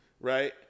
right